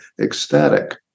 ecstatic